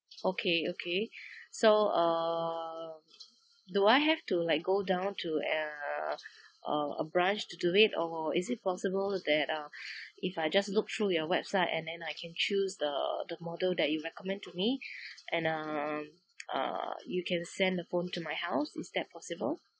okay okay so err do I have to like go down to uh uh a branch to do it or is it possible that uh if I just look through your website and then I can choose the the model that you recommend to me and um uh you can send the phone to my house is that possible